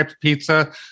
pizza